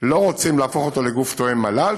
לא רוצים להפוך אותו לגוף תואם מל"ל,